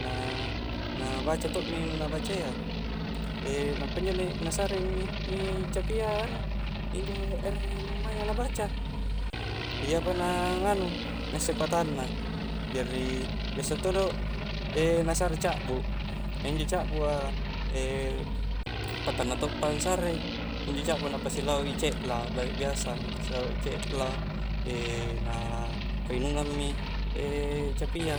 na-na baca tokmi nu na bacayya nampa injo na saremi i capia anu injo ere numainga na baca iyapa na nganu na isse patanna jari biasa todo na sare cakbu, injo cakbu a patanna toppa angsare i injo cakbu na pasi laui cekla ba' biasa na pasi lau i cekla na painungang mi capaia